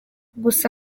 gusa